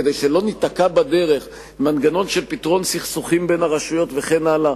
כדי שלא ניתקע בדרך עם מנגנון של פתרון סכסוכים בין הרשויות וכן הלאה,